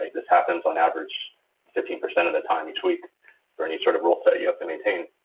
this happens on average fifteen percent of the time each week for any sort of rule set you have to maintain.